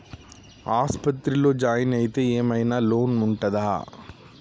ఆస్పత్రి లో జాయిన్ అయితే ఏం ఐనా లోన్ ఉంటదా?